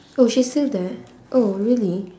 oh she's still there oh really